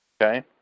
Okay